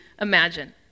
imagine